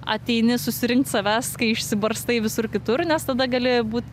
ateini susirinkt savęs kai išsibarstai visur kitur nes tada gali būt